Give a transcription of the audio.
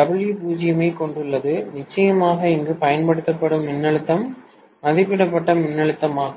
W0 ஐக் கொண்டுள்ளது நிச்சயமாக இங்கு பயன்படுத்தப்படும் மின்னழுத்தம் மதிப்பிடப்பட்ட மின்னழுத்தமாகும்